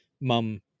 mum